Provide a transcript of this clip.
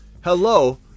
hello